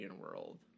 world